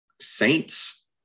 Saints